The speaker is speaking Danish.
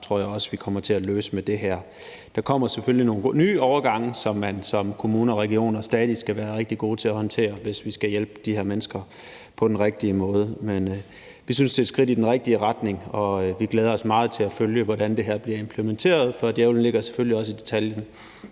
tror jeg også vi kommer til at løse med det her. Der kommer selvfølgelig nogle nye overgange, som man som kommuner og regioner stadig skal være rigtig gode til at håndtere, hvis vi skal hjælpe de her mennesker på den rigtige måde. Men vi synes, det er et skridt i den rigtige retning, og vi glæder os meget til at følge, hvordan det her bliver implementeret. For djævlen ligger selvfølgelig også i detaljen,